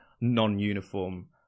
non-uniform